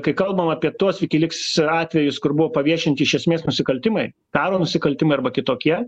kai kalbam apie tuos wikileaks atvejus kur buvo paviešinti iš esmės nusikaltimai karo nusikaltimai arba kitokie